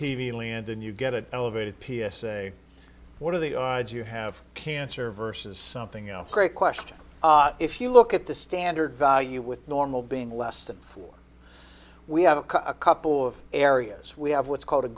v land and you get an elevated p s a what are the odds you have cancer versus something else great question if you look at the standard value with normal being less than four we have a couple of areas we have what's called